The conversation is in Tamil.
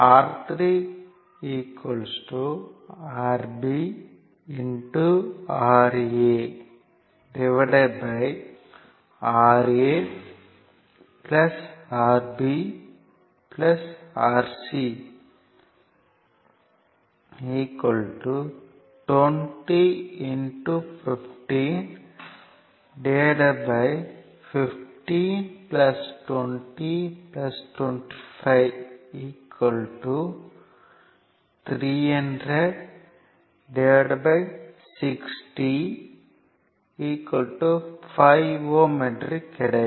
R3 Rb RaRa Rb Rc 20 1515 20 25 30060 5 Ω என்று கிடைக்கும்